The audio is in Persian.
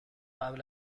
قبل